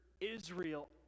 Israel